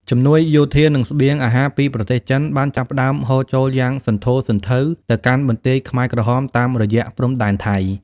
ជំនួយយោធា និងស្បៀងអាហារពីប្រទេសចិនបានចាប់ផ្ដើមហូរចូលយ៉ាងសន្ធោសន្ធៅទៅកាន់បន្ទាយខ្មែរក្រហមតាមរយៈព្រំដែនថៃ។